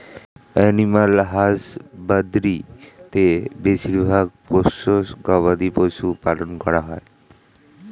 animal হাসবাদরী তে বেশিরভাগ পোষ্য গবাদি পশু পালন করা হয়